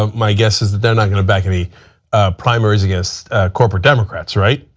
um my guess is that they're not going to back any primaries against corporate democrats, right?